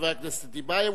חבר הכנסת טיבייב,